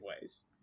ways